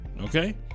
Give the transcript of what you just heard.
Okay